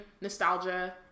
nostalgia